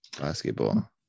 basketball